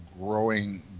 growing